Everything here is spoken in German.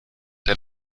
der